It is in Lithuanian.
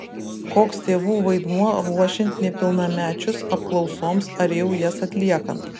koks tėvų vaidmuo ruošiant nepilnamečius apklausoms ar jau jas atliekant